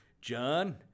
John